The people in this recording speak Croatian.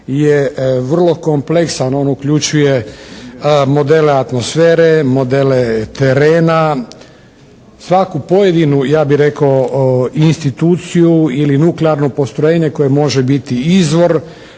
je vrlo kompleksan, on uključuje modele atmosfere, modele terena. Svaku pojedinu ja bih rekao instituciju ili nuklearnog postrojenja koje može biti izvor